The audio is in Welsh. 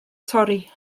torri